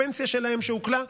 הפנסיה שלהם שעוקלה,